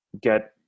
get